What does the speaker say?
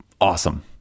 Awesome